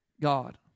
God